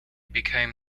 became